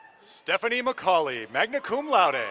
stephanie mccully, magna cum laude. and